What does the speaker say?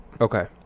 Okay